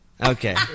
Okay